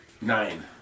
Nine